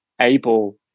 able